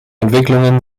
entwicklungen